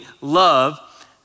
love